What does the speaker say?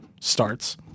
starts